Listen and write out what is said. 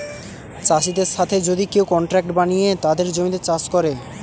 চাষিদের সাথে যদি কেউ কন্ট্রাক্ট বানিয়ে তাদের জমিতে চাষ করে